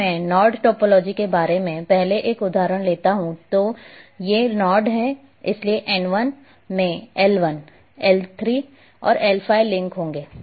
अगर मैं node topology के बारे में पहले एक उदाहरण लेता हूं तो ये नोड हैं इसलिए N 1 में L 1L3 और L 5 लिंक होंगे